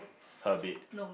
her bed